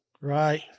Right